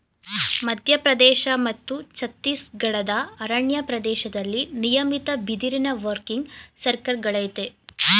ಮಧ್ಯಪ್ರದೇಶ ಮತ್ತು ಛತ್ತೀಸ್ಗಢದ ಅರಣ್ಯ ಪ್ರದೇಶ್ದಲ್ಲಿ ನಿಯಮಿತ ಬಿದಿರಿನ ವರ್ಕಿಂಗ್ ಸರ್ಕಲ್ಗಳಯ್ತೆ